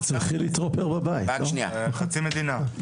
חצי מדינה.